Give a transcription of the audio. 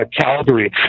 Calgary